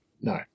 No